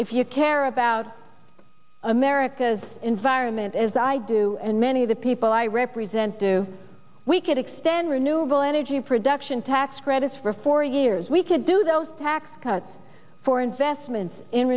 if you care about america's environment as i do and many of the people i represent do we could extend renewable energy production tax credits for four years we could do those tax cuts for investments in